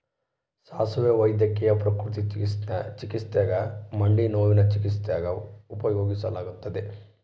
ಸಾಸುವೆ ವೈದ್ಯಕೀಯ ಪ್ರಕೃತಿ ಚಿಕಿತ್ಸ್ಯಾಗ ಮಂಡಿನೋವಿನ ಚಿಕಿತ್ಸ್ಯಾಗ ಉಪಯೋಗಿಸಲಾಗತ್ತದ